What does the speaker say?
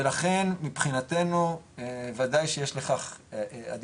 ולכן מבחינתנו ודאי שיש לכך עדיפות,